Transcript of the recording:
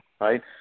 right